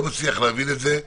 אני לא מצליח להבין את זה.